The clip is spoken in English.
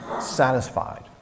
satisfied